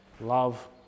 Love